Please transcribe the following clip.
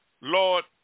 Lord